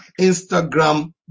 Instagram